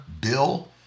bill